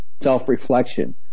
self-reflection